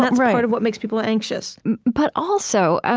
that's part of what makes people anxious but also, ah